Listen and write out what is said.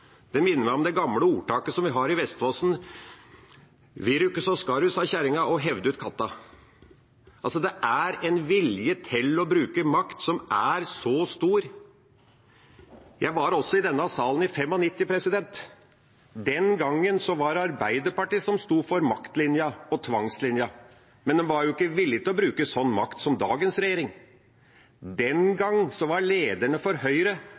Det minner meg om det gamle ordtaket som vi har i Vestfossen: «Virru’kke så skarru, sa kjerringa og heiv ut katta.» Det er altså en vilje til å bruke makt som er så stor! Jeg var også i denne salen i 1995. Den gangen var det Arbeiderpartiet som sto for maktlinja og tvangslinja, men de var ikke villige til å bruke en sånn makt som dagens regjering. Den gangen var lederne for Høyre